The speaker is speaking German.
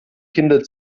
kinder